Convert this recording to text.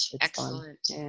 Excellent